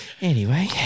Anyway-